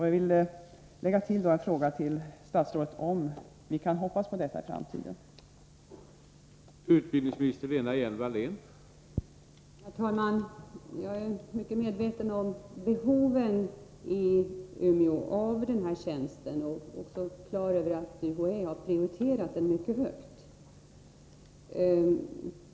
Jag vill lägga till en fråga till statsrådet, om vi kan hoppas på en sådan här professur i framtiden.